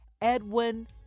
Edwin